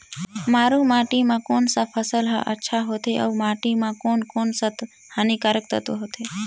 मारू माटी मां कोन सा फसल ह अच्छा होथे अउर माटी म कोन कोन स हानिकारक तत्व होथे?